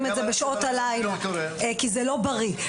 את האוכל בשעות הלילה כי זה לא בריא.